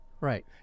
Right